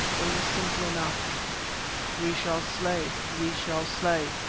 they were simple enough we shall slay, we shall slay!